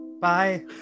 Bye